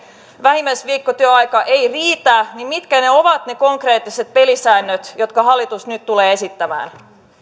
vähimmäisviikkotyöaika ei riitä niin mitkä ovat ne konkreettiset pelisäännöt jotka hallitus nyt tulee esittämään